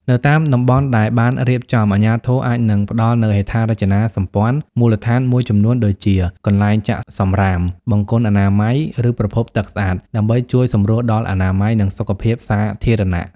នៅតាមតំបន់ដែលបានរៀបចំ អាជ្ញាធរអាចនឹងផ្តល់នូវហេដ្ឋារចនាសម្ព័ន្ធមូលដ្ឋានមួយចំនួនដូចជា កន្លែងចាក់សំរាម បង្គន់អនាម័យ ឬប្រភពទឹកស្អាត ដើម្បីជួយសម្រួលដល់អនាម័យ និងសុខភាពសាធារណៈ ។